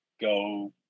go